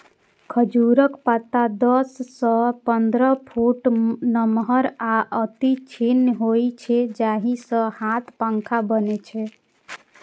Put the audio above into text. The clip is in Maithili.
खजूरक पत्ता दस सं पंद्रह फुट नमहर आ अति तीक्ष्ण होइ छै, जाहि सं हाथ पंखा बनै छै